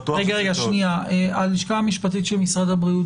הלשכה המשפטית של משרד הבריאות,